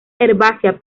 herbácea